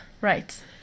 Right